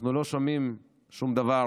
ואנחנו לא שומעים שום דבר